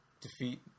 defeat